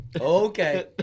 okay